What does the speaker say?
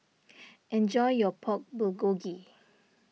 enjoy your Pork Bulgogi